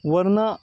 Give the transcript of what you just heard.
ورنہ